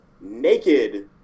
naked